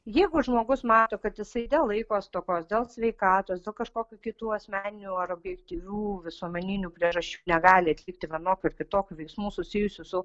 jeigu žmogus mato kad jisai dėl laiko stokos dėl sveikatos dėl kažkokių kitų asmeninių ar objektyvių visuomeninių priežasčių negali atlikti vienokių ar kitokių veiksmų susijusių su